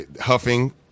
huffing